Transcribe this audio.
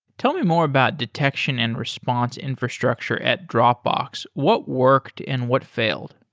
tell me more about detection and response infrastructure at dropbox. what worked and what failed?